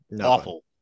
awful